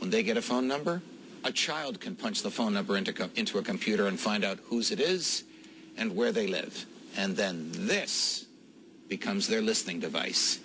when they get a phone number a child can punch the phone number into into a computer and find out whose it is and where they live and then this becomes their listening device